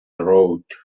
road